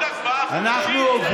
כי זה בא על גוון לאומי וימני.